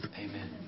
Amen